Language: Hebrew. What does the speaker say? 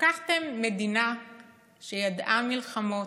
לקחתם מדינה שידעה מלחמות,